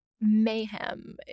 mayhem